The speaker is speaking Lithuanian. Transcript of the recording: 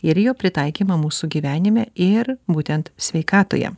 ir jo pritaikymą mūsų gyvenime ir būtent sveikatoje